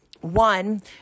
One